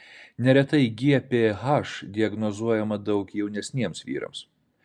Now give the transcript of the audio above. neretai gph diagnozuojama daug jaunesniems vyrams